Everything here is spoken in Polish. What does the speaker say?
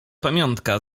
pamiątka